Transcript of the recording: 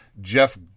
jeff